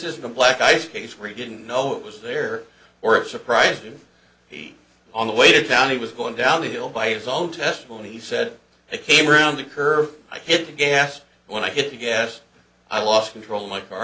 isn't a black ice case we didn't know it was there or it surprised you he on the way down he was going down the hill by his own testimony he said he came around the curve i hit the gas when i hit the gas i lost control my car